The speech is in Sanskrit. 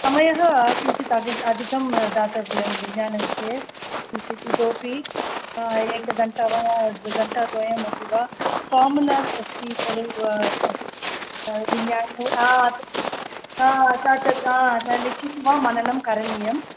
समयः किञ्चित् अदि अधिकं दातव्यं विज्ञानविषये किञ्चित् इतोऽपि एक घण्टा वा घण्टाद्वयमपि वा फ़ार्मुलाज् अस्ति खलु तत्र विज्ञाने तत् तत् तत् लिखित्वा मननं करणीयम्